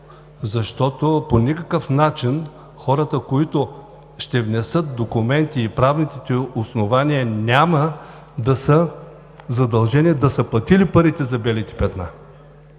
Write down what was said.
лято. По никакъв начин хората, които ще внесат документи и ще доказват правни основания, няма да са задължени да са платили парите за „белите петна“.